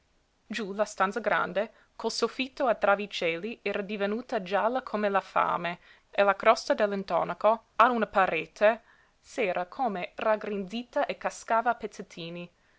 giú la stanza grande col soffitto a travicelli era divenuta gialla come la fame e la crosta dell'intonaco a una parete s'era come raggrinzita e cascava a pezzettini